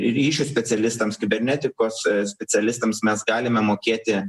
ryšio specialistams kibernetikos specialistams mes galime mokėti